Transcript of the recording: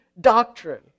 doctrine